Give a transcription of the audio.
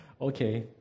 Okay